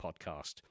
Podcast